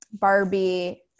Barbie